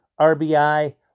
RBI